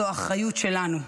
זו האחריות שלנו.